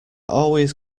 always